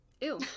Ew